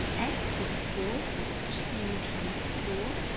and x with four so is two times four